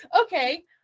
okay